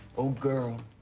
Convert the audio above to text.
oh, girl.